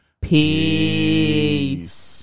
Peace